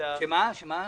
סעיף א'